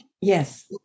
Yes